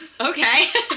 Okay